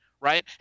right